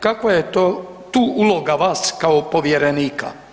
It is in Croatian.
Kakva je tu uloga vas kao povjerenika?